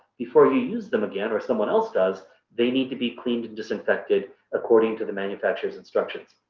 before you use them again or someone else does they need to be cleaned and disinfected according to the manufacturer's instructions.